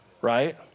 right